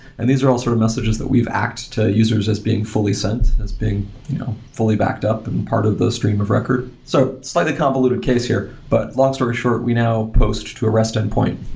and these are all sort of messages that we've act to users as being fully sent, as being fully backed, and part of those stream of record. so slightly convoluted case here, but long story short, we now post to a rest endpoint,